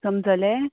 समजलें